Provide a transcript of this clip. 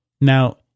Now